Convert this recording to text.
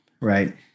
right